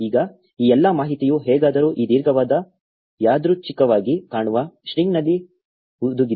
ಈಗ ಈ ಎಲ್ಲಾ ಮಾಹಿತಿಯು ಹೇಗಾದರೂ ಈ ದೀರ್ಘವಾದ ಯಾದೃಚ್ಛಿಕವಾಗಿ ಕಾಣುವ ಸ್ಟ್ರಿಂಗ್ನಲ್ಲಿ ಹುದುಗಿದೆ